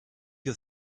you